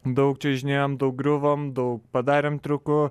daug čiuožinėjom daug griuvom daug padarėm triukų